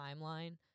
timeline